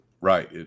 right